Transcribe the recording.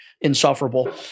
insufferable